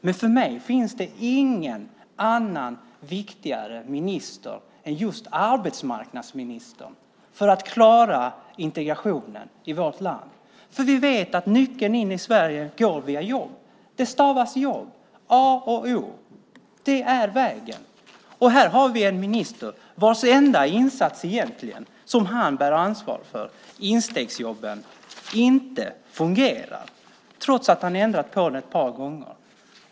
Men för mig finns det ingen annan viktigare minister än just arbetsmarknadsministern när det gäller att klara integrationen i vårt land. Vi vet att nyckeln in i Sverige är jobb. Det stavas jobb - A och O. Det är vägen. Här har vi en minister vars enda insats egentligen som han bär ansvar för, instegsjobben, inte fungerar, trots att han ändrat på det ett par gånger.